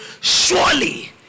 Surely